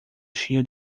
cheio